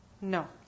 No